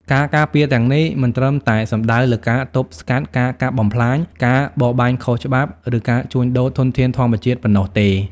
ការការពារទាំងនេះ មិនត្រឹមតែសំដៅលើការទប់ស្កាត់ការកាប់បំផ្លាញ ការបរបាញ់ខុសច្បាប់ ឬការជួញដូរធនធានធម្មជាតិប៉ុណ្ណោះទេ។